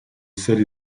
sel